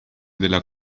della